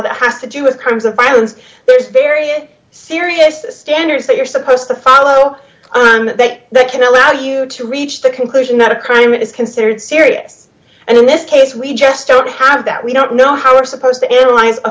that has to do with crimes of violence there's very serious standards that you're supposed to follow and that they can allow you to reach the conclusion that a crime is considered serious and in this case we just don't have that we don't know how we're supposed to analyze a